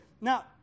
Now